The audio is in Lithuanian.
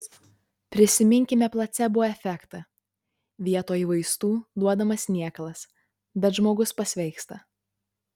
prisiminkime placebo efektą vietoj vaistų duodamas niekalas bet žmogus pasveiksta